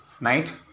night